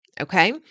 Okay